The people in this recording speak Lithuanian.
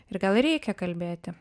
ir gal reikia kalbėti